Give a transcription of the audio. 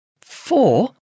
Four